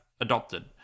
adopted